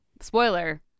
spoiler